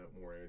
more